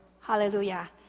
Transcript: hallelujah